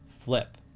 flip